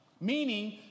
meaning